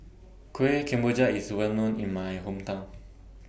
Kueh Kemboja IS Well known in My Hometown